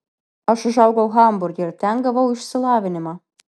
aš užaugau hamburge ir ten gavau išsilavinimą